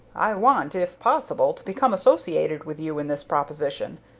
i want, if possible, to become associated with you in this proposition.